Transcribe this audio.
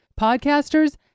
Podcasters